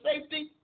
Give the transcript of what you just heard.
safety